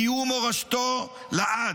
יהיו מורשתו לעד.